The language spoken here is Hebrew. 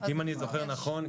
אם אני זוכר נכון,